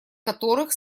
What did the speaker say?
которых